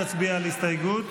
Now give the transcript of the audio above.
נצביע על הסתייגות,